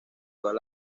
todas